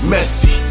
Messy